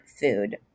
food